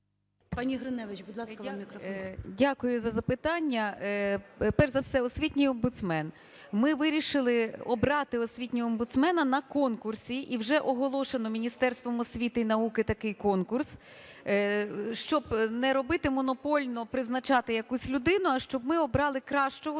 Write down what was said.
Пані Гриневич, будь ласка, вам мікрофон. 10:55:31 ГРИНЕВИЧ Л.М. Дякую за запитання. Перш за все освітній омбудсмен. Ми вирішили обрати освітнього омбудсмена на конкурсі, і вже оголошено Міністерством освіти і науки такий конкурс, щоб не робити, монопольно призначати якусь людину, щоб ми обрали кращого, тому